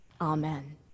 Amen